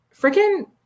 freaking